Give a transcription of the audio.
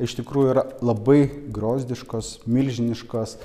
iš tikrųjų yra labai griozdiškos milžiniškos